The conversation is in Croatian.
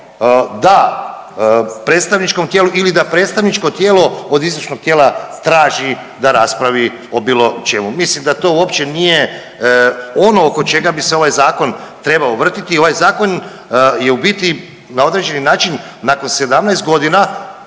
da predstavničkom tijelu ili da predstavničko tijelo od izvršnog tijela traži da raspravi o bilo čemu. Mislim da to uopće nije ono oko čega bi se ovaj zakon trebao vrtiti, ovaj zakon je u biti na određeni način nakon 17 godina